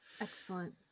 Excellent